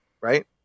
right